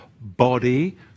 body